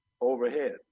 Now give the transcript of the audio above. overhead